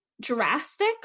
drastic